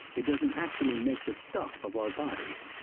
it doesn't actually make the stuff of our bodies.